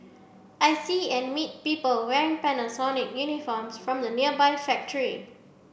I see and meet people wearing Panasonic uniforms from the nearby factory